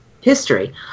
history